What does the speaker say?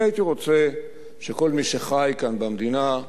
אני הייתי רוצה שכל מי שחי כאן במדינה,